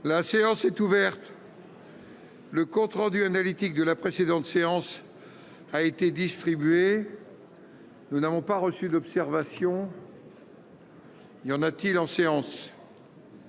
La séance est ouverte. Le compte rendu analytique de la précédente séance a été distribué. Nous n'avons pas reçu d'observation. Il y en a-t-il en séance.